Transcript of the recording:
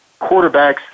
quarterbacks